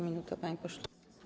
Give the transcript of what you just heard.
Minuta, panie pośle.